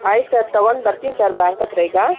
ಆಯಿತು ಸರ್ ತಗೊಂಡು ಬರ್ತೀನಿ ಸರ್ ಬ್ಯಾಂಕ್ ಹತ್ರ ಈಗ